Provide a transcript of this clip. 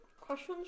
Questions